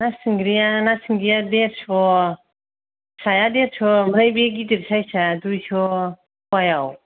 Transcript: ना सिंगिआ ना सिंगिआ देरस' फिसाया देरस' आमफ्राय बे गिदिर साइसआ दुइस' पवायाव